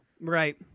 right